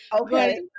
okay